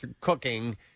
cooking